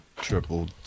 triple